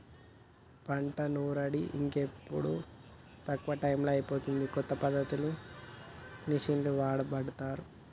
పంట నూర్పిడి ఇప్పుడు తక్కువ టైములో అయిపోతాంది, కొత్త పద్ధతులు మిషిండ్లు వాడబట్టిరి